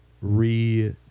re